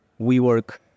WeWork